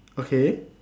okay